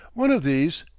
one of these,